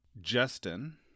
Justin